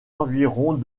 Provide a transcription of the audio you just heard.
environs